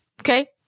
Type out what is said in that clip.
Okay